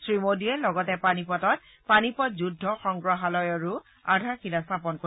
শ্ৰীমোডীয়ে লগতে পানীপটত পানীপট যুদ্ধ সংগ্ৰহালয়ৰো আধাৰশিলা স্থাপন কৰিব